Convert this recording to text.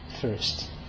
first